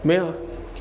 没有啊